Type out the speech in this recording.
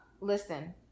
Listen